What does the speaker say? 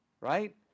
right